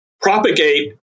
propagate